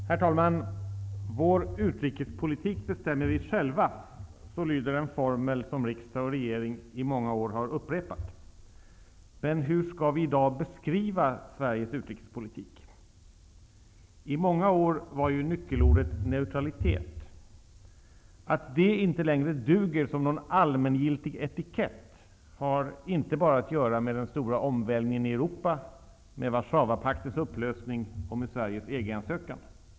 Herr talman! Vår utrikespolitik bestämmer vi själva. Så lyder en formel som riksdag och regering i många år har upprepat. Men hur skall vi i dag beskriva Sveriges utrikespolitik? I många år var nyckelordet neutralitet. Att det inte längre duger som någon allmängiltig etikett har inte bara att göra med den stora omvälvningen i EG-ansökan.